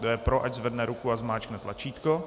Kdo je pro, ať zvedne ruku a zmáčkne tlačítko.